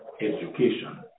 education